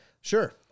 Sure